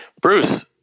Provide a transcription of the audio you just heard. Bruce